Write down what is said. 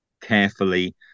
carefully